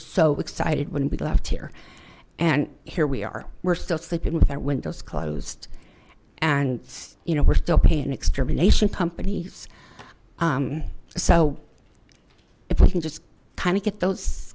so excited when we left here and here we are we're still sleeping with our windows closed and you know we're still paying extermination companies so if we can just kind of get those